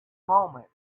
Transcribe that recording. moment